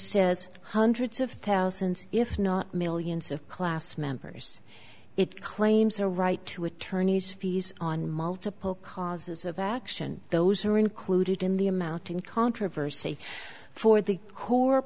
says hundreds of thousands if not millions of class members it claims are right to attorneys fees on multiple causes of action those are included in the i'm out in controversy for the